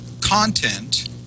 content